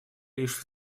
лишь